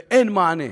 ואין מענה.